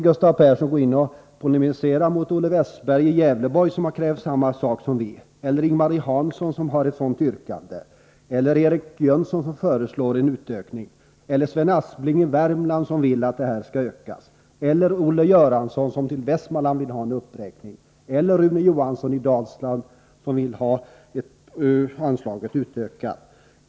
Gustav Persson borde i stället polemisera mot Olle Westberg från Gävleborgs län som har krävt samma sak som vi, mot Ing-Marie Hansson som också har ett sådant yrkande, eller mot Eric Jönsson som föreslår en utökning. Han kunde också polemisera mot Sven Aspling som företräder Värmland och vill att anslaget skall ökas, eller mot Olle Göransson som för Västmanland vill ha en uppräkning, eller mot Rune Johansson från Dalsland som vill ha anslaget utökat.